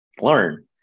learn